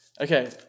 okay